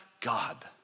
God